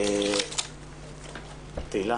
תהילה,